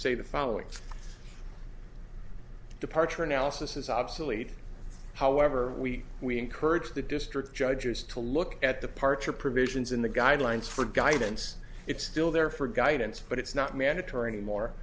say the following departure analysis is obsolete however we we encourage the district judges to look at the parts are provisions in the guidelines for guidance it's still there for guidance but it's not mandatory anymore